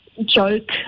Joke